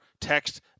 text